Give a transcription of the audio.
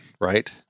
right